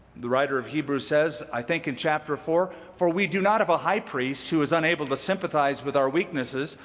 the writer of hebrews says, i think in chapter four, for we do not have a high priest who is unable to sympathize with our weaknesses,